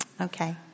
Okay